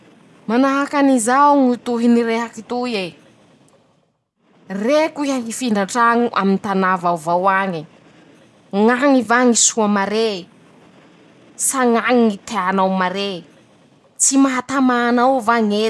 Manahaky anizao ñy ho tohiny rehaky toy e: -"Reko iha hifindra traño aminy tanà vaovao añe ,ñ'añy va ñy soa mare ,sa ñ'añy ñy teanao mare ,tsy maha tamà anao va ñ'eto."